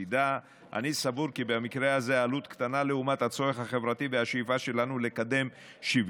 כמו שבמחלקה הייעודית במשרד הפנים שאחראית לשירותי